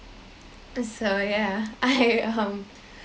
so yeah I um